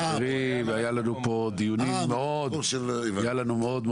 היו לנו פה דיונים מאוד גדולים,